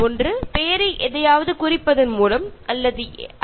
ഒന്ന് പേരിന്റെ അർത്ഥം വച്ചുകൊണ്ട് ഒരാളുമായി ബന്ധിപ്പിക്കാം